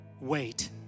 Wait